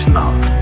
love